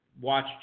watch